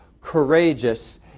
courageous